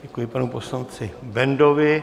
Děkuji panu poslanci Bendovi.